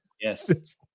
yes